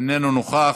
אינו נוכח,